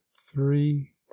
Three